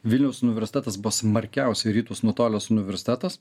vilniaus universitetas buvo smarkiausiai į rytus nutolęs universitetas